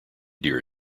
dear